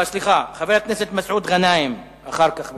סליחה, חבר הכנסת מסעוד גנאים, ואחר כך בן-ארי.